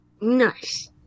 Nice